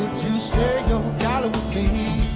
share your dollar with me me